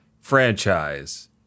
franchise